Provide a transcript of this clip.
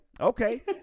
Okay